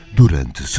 durante